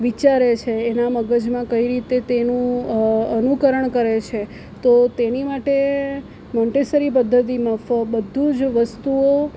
વિચારે છે એના મગજમાં કઈ રીતે તેનું અનુકરણ કરે છે તો તેની માટે મોન્ટેસરી પદ્ધતિમાં ફ બધું જ વસ્તુઓ